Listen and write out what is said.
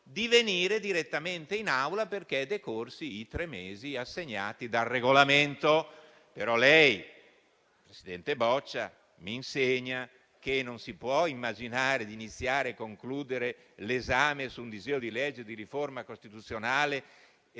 di venire direttamente in Aula, perché decorsi i tre mesi assegnati dal Regolamento. Però lei, presidente Boccia, mi insegna che non si può immaginare di iniziare e concludere l'esame di un disegno di legge di riforma costituzionale e